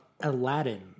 Aladdin